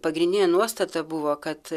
pagrindinė nuostata buvo kad